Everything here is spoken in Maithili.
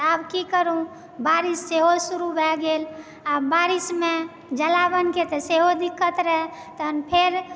तऽ आबऽ कि करु बारिश सेहो शुरू भय गेल आब बारिश मे जलावनके तऽ सेहो दिक्कत रहय तखन फेर